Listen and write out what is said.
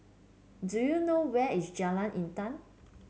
do you know where is Jalan Intan